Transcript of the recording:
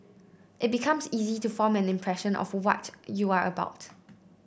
it becomes easy to form an impression of what you are about